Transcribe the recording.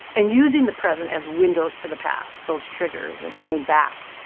and using the present as windows to the past, those triggers, and going back,